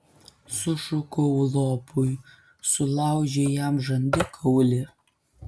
sušukau lopui sulaužei jam žandikaulį